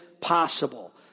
possible